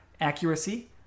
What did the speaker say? accuracy